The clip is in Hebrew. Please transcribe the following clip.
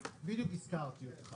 (ח"כ יעקב מרגי נכנס לדיון) בדיוק הזכרתי אותך